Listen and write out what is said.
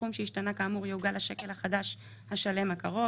סכום שהשתנה, כאמור, יעוגל לשקל החדש השלם הקרוב.